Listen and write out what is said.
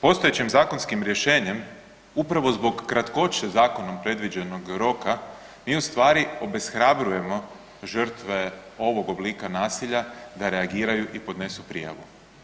Postojećim zakonskim rješenjem upravo zbog kratkoće zakonom predviđenog roka mi ustvari obeshrabrujemo žrtve ovog oblika nasilja da reagiraju i podnesu prijavu.